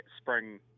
spring